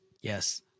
Yes